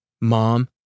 Mom